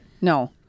No